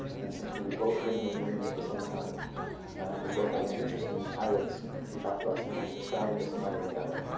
and since we were both living in germany at the same time and we both had an interest in pirates, we talked about some traveling to somalia together.